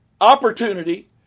opportunity